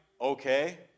okay